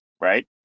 right